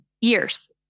years